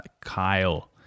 Kyle